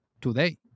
today